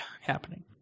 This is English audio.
happening